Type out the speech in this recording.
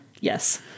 Yes